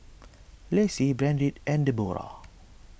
Lacy Brandt and Debora